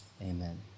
amen